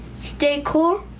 stay cool.